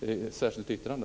ett särskilt yttrande?